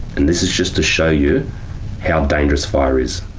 and this is just to show you how dangerous fire is,